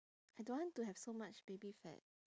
I don't want to have so much baby fat